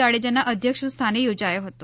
જાડેજાના અધ્યક્ષ સ્થાને યોજાયો હતો